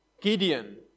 Gideon